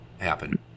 happen